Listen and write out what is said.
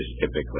typically